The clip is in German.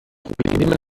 problem